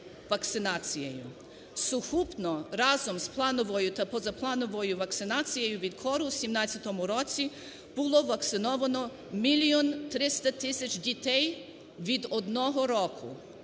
Сукупно разом з плановою та позаплановою вакцинацією від кору у 2017 році було вакциновано 1 мільйон 300 тисяч дітей від одного року.